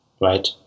right